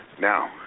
Now